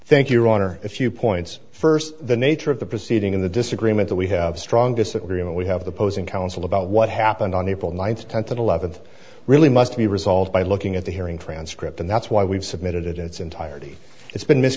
thank you ron are a few points first the nature of the proceeding in the disagreement that we have strong disagreement we have the posing council about what happened on april ninth tenth and eleventh really must be resolved by looking at the hearing transcript and that's why we've submitted it in its entirety it's been mis